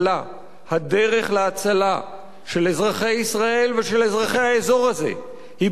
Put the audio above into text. הדרך להצלה של אזרחי ישראל ושל אזרחי האזור הזה היא בכיוון ההפוך: